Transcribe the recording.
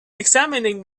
examining